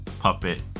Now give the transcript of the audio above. puppet